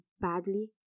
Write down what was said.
badly